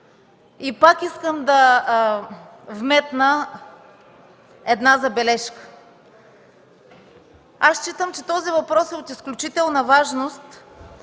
и пак искам да вметна една забележка. Смятам, че този въпрос е от изключителна важност